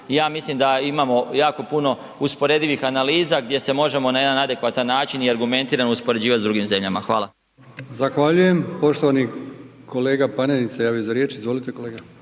Ja mislim da imamo jako puno usporedivih analiza gdje se možemo na jedan adekvatan način i argumentirano uspoređivati s drugim zemljama. Hvala. **Brkić, Milijan (HDZ)** Zahvaljujem. Poštovani kolega Panenić se javio za riječ. Izvolite kolega.